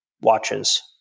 watches